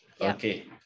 okay